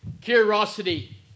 Curiosity